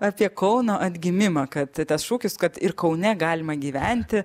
apie kauną atgimimą kad tas šūkis kad ir kaune galima gyventi